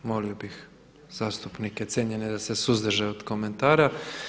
Molio bih zastupnike cijenjene da se suzdrže od komentara.